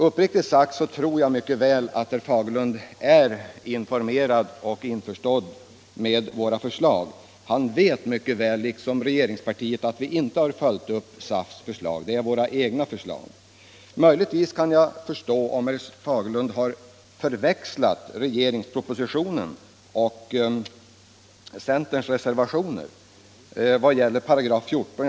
Uppriktigt sagt tror jag att herr Fagerlund är mycket väl informerad om och införstådd med våra förslag. Han vet mycket väl, liksom hela regeringspartiet, att vi inte följt upp SAF:s förslag. Det är våra egna förslag. Möjligtvis kan jag förstå om herr Fagerlund förväxlat propositionen och centerns reservationer när det gäller 14 §.